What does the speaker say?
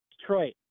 Detroit